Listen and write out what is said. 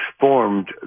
formed